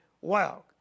Wow